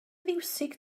fiwsig